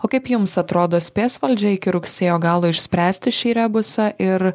o kaip jums atrodo spės valdžia iki rugsėjo galo išspręsti šį rebusą ir